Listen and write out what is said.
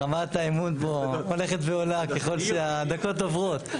רמת האמון פה הולכת ועולה ככל שהדקות עוברות.